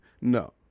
No